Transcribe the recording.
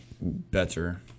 better